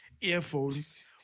earphones